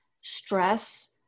stress